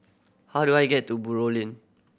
how do I get to Buroh Ling